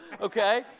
Okay